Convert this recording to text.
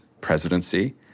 presidency